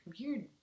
weird